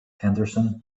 henderson